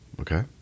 Okay